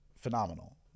phenomenal